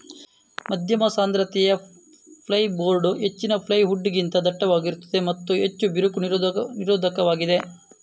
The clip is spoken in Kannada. ಮಧ್ಯಮ ಸಾಂದ್ರತೆಯ ಫೈರ್ಬೋರ್ಡ್ ಹೆಚ್ಚಿನ ಪ್ಲೈವುಡ್ ಗಿಂತ ದಟ್ಟವಾಗಿರುತ್ತದೆ ಮತ್ತು ಹೆಚ್ಚು ಬಿರುಕು ನಿರೋಧಕವಾಗಿದೆ